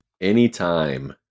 Anytime